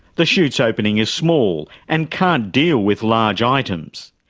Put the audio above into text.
the chute's opening is small and can't deal with large items.